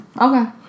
okay